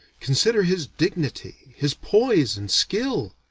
consider his dignity, his poise and skill.